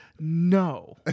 No